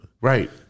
right